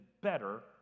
better